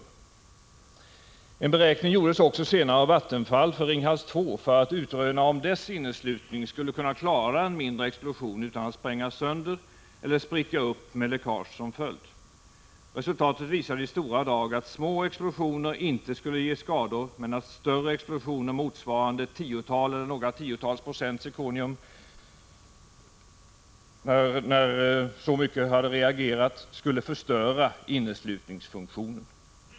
En beräkning för Ringhals 2 gjordes också senare av Vattenfall för att utröna om dess inneslutning skulle kunna klara en mindre explosion utan att sprängas sönder eller spricka med läckage som följd. Resultatet visade i stora drag att små explosioner inte skulle ge skador men att större explosioner, motsvarande vad som skulle hända om ett tiotal eller några tiotals procent zirkonium reagerar, skulle förstöra inneslutningsfunktionen.